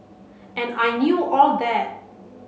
and I knew all that